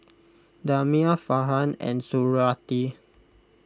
Damia Farhan and Suriawati